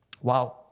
wow